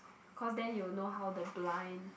cause then you will know how the blind